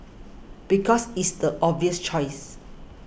because it's the obvious choice